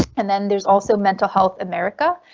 and then there's also mental health america.